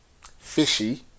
fishy